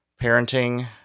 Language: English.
parenting